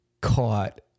caught